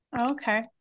Okay